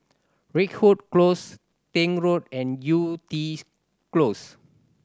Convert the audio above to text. Ridgewood Close Tank Road and Yew Tee Close